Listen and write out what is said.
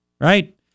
Right